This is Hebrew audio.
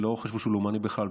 לא חשבו שהוא לאומני בכלל,